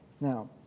Now